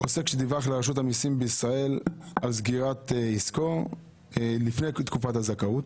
עוסק שדיווח לרשות המיסים בישראל על סגירת עסקו לפני תקופת הזכאות,